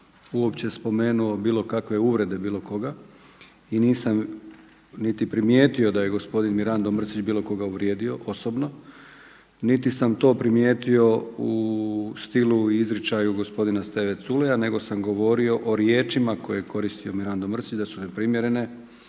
uopće spomenuo bilo kakve uvrede, bilo koga i nisam niti primijetio da je gospodin Mirando Mrsić bilo koga uvrijedio, osobno, niti sam to primijetio u stilu i izričaju gospodina Steve Culeja nego sam govorio o riječima koje je koristio Mirando Mrsić da su neprimjerene